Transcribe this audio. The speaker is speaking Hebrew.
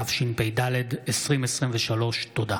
התשפ"ד 2023. תודה.